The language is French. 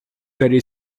allez